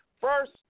First